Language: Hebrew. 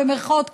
במירכאות כפולות,